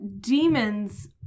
demons